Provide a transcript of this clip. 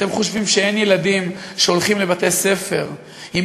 אם אתם חושבים שאין ילדים שהולכים לבתי-ספר עם